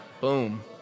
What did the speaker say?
boom